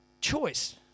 choice